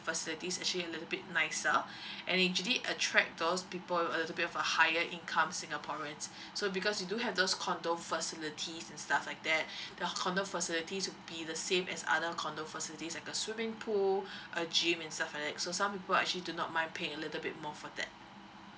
facilities actually a little bit nicer and usually attract those people uh a little bit of higher income singaporeans so because you do have those condo facilities and stuff like that the condo facilities will be the same as other condo facilities like a swimming pool a gym and stuff like that so some people are actually do not mind pay a little bit more for that